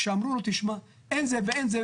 כשאמרו תשמע אין זה ואין זה,